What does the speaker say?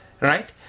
right